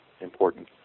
important